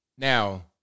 Now